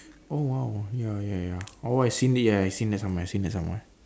oh !wow! ya ya ya oh I've seen it ya I've seen it somewhere I've seen it somewhere